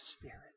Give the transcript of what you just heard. Spirit